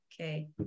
Okay